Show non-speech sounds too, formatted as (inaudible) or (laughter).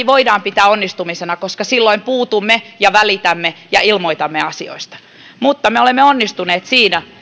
(unintelligible) voidaan pitää onnistumisena koska silloin puutumme ja välitämme ja ilmoitamme asioista me olemme onnistuneet siinä